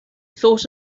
thought